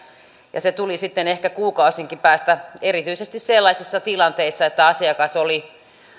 se tuli sitten ehkä kuukausienkin päästä erityisesti sellaisissa tilanteissa että asiakas oli